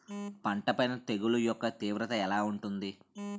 పంట పైన తెగుళ్లు యెక్క తీవ్రత ఎలా ఉంటుంది